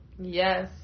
Yes